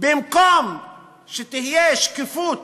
במקום שתהיה שקיפות,